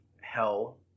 hell